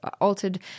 altered